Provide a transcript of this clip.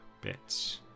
bits